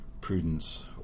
prudence